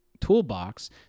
toolbox